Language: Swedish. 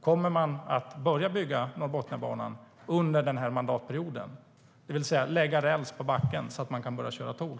Kommer man under den här mandatperioden att börja bygga Norrbotniabanan, det vill säga lägga räls på backen så att man kan börja köra tåg?